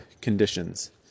conditions